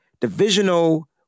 Divisional